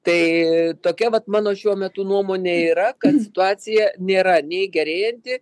tai tokia vat mano šiuo metu nuomonė yra kad situacija nėra nei gerėjanti